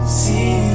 see